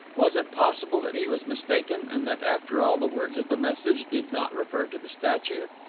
was it possible that he was mistaken, and that, after all, the words of the message did not refer to the statue?